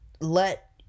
let